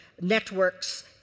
networks